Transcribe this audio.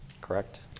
correct